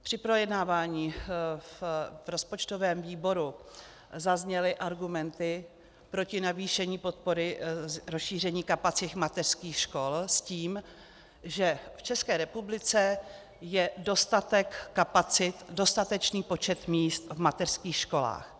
Při projednávání v rozpočtovém výboru zazněly argumenty proti navýšení podpory rozšíření kapacity mateřských škol s tím, že v České republice je dostatek kapacit, dostatečný počet míst v mateřských školách.